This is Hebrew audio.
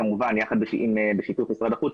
כמובן בשיתוף משרד החוץ,